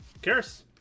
Karis